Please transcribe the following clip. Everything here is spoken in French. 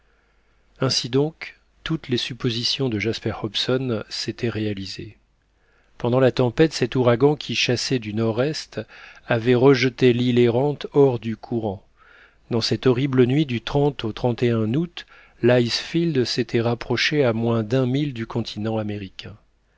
ainsi donc toutes les suppositions de jasper hobson s'étaient réalisées pendant la tempête cet ouragan qui chassait du nordest avait rejeté l'île errante hors du courant dans cette horrible nuit du au août l'icefield s'était rapproché à moins d'un mille du continent américain